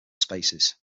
spaces